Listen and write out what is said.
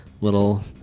little